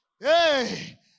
Hey